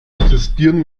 existieren